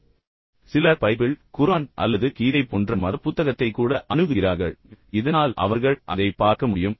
எனவே சிலர் Bible Quran அல்லது கீதை போன்ற மத புத்தகத்தை கூட அணுகுகிறார்கள் இதனால் அவர்கள் அதைப் பார்க்க முடியும்